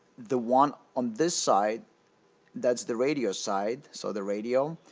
the one on this side that's the radio side so the radio